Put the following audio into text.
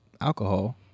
alcohol